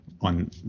on